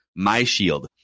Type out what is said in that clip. MyShield